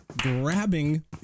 grabbing